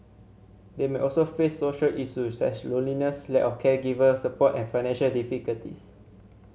they may also face social issues such loneliness lack of caregiver support and financial difficulties